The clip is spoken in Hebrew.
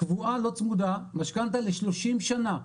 קבועה לא צמודה, משכנתא ל-30 שנה,